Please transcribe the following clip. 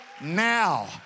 now